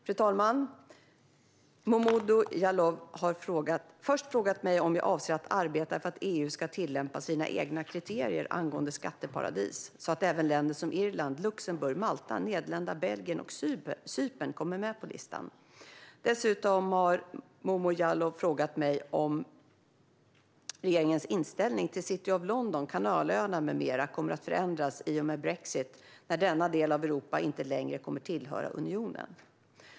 Fru talman! Momodou Jallow har först frågat mig om jag avser att arbeta för att EU ska tillämpa sina egna kriterier angående skatteparadis så att även länder som Irland, Luxemburg, Malta, Nederländerna, Belgien och Cypern kommer med på listan. Dessutom har Momodou Jallow frågat mig om regeringens inställning till City of London, Kanalöarna med mera kommer att förändras i och med brexit och att denna del av Europa inte längre kommer att tillhöra unionen.